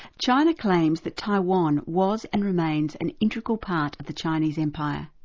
china claims that taiwan was and remains an integral part of the chinese empire.